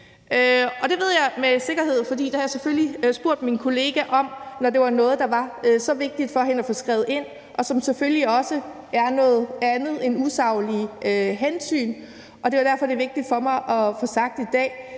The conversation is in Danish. Det ved jeg med sikkerhed, for det har jeg selvfølgelig spurgt min kollega om, når det var noget, der var så vigtigt for hende at få skrevet ind, og som selvfølgelig også var noget andet end usaglige hensyn. Det er derfor, at det er vigtigt for mig at få sagt i dag,